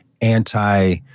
anti